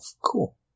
cool